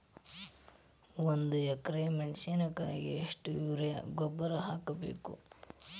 ಒಂದು ಎಕ್ರೆ ಮೆಣಸಿನಕಾಯಿಗೆ ಎಷ್ಟು ಯೂರಿಯಾ ಗೊಬ್ಬರ ಹಾಕ್ಬೇಕು?